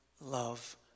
love